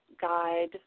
Guide